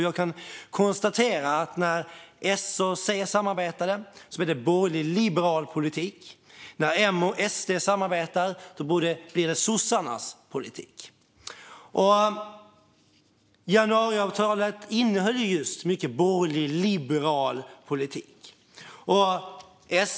Jag kan konstatera att när S och C samarbetade blev det borgerlig liberal politik, och när M och SD samarbetar blir det sossarnas politik. Januariavtalet innehöll mycket borgerlig liberal politik.